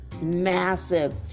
massive